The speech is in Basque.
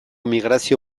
migrazio